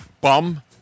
Bum